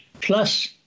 plus